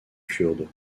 kurdes